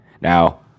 Now